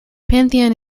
pantheon